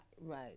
right